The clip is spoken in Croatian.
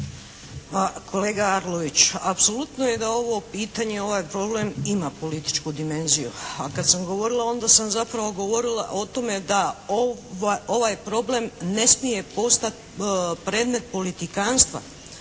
kolega Arlović, apsolutno je da ovo pitanje, ovaj problem ima političku dimenziju, a kad sam govorila onda sam zapravo govorila o tome da ovaj problem ne smije postati predmet politikanstva